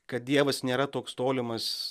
kad dievas nėra toks tolimas